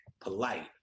Polite